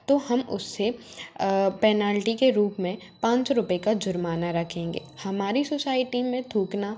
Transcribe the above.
तो हम उसे पेनल्टी के रूप में पाँच रुपये का जुर्माना रखेंगे हमारी सोसाइटी में थूकना